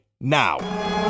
now